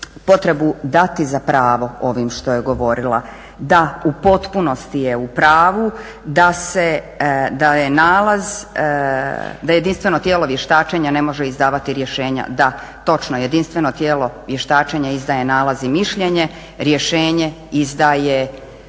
potrebu dati za pravo ovim što je govorila, da u potpunosti je u pravu, da jedinstveno tijelo vještačenja ne može izdavati rješenja. Da točno, jedinstveno tijelo vještačenja izdaje nalaz i mišljenje. Rješenje izdaje